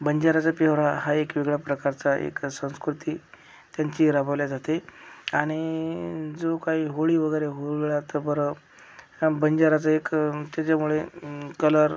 बंजाऱ्याचा प्यवरा हा एक वेगळ्या प्रकारचा एक संस्कृती त्यांची राबवल्या जाते आणि जो काही होळी वगैरे होळी रात्रभर बंजाराचा एक त्याच्यामुळे कलर